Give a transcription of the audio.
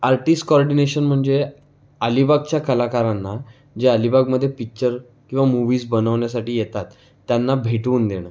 artist coordination म्हणजे अलिबागच्या कलाकारांना जे अलिबाग मध्ये पिक्चर किंवा मूव्हीज बनवण्यासाठी येतात त्यांना भेटवून देणं